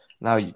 now